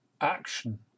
action